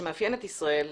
שמאפיינת את ישראל,